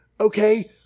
okay